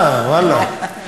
ואללה.